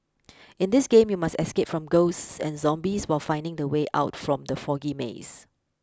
in this game you must escape from ghosts and zombies while finding the way out from the foggy maze